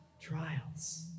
trials